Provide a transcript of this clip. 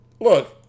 Look